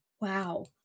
Wow